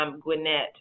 Gwinnett